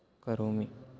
करोमि